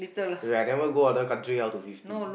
ya I never go other country how to fifty